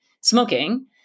Smoking